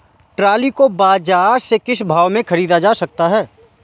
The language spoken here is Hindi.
ट्रॉली को बाजार से किस भाव में ख़रीदा जा सकता है?